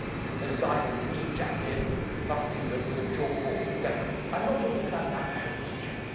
those guys in tweed jackets and fusty with with a chalkboard, et cetera. i'm not talking about that kind of teaching.